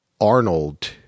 Arnold